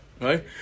Right